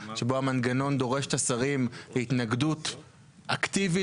שבו המנגנון דורש את השרים להתנגדות אקטיבית